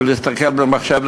להסתכל במחשב,